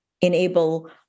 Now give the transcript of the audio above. enable